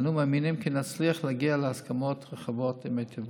ואנו מאמינים כי נצליח להגיע להסכמות רחבות ומיטיבות.